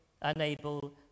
unable